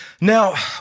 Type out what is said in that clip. now